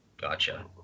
Gotcha